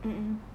mm mm